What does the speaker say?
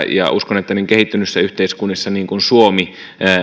ja uskon että näin kehittyneissä yhteiskunnissa kuin suomi